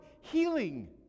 healing